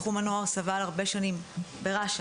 תחום הנוער סבל הרבה שנים ברש"א.